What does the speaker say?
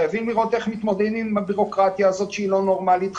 חייבים לראות איך מתמודדים עם הביורוקרטיה הזו שהיא לא נורמלית.